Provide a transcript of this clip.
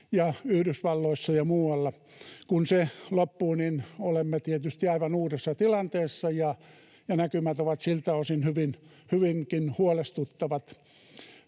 Yhdysvalloissa ja muualla, loppuu. Silloin olemme tietysti aivan uudessa tilanteessa, ja näkymät ovat siltä osin hyvinkin huolestuttavat.